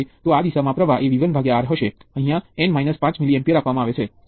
કેટલીકવાર એક બીજા કરતા વધુ અનુકૂળ હોય છે અને અમે તેનો ઉપયોગ કરીશું